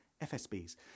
FSBs